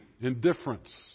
indifference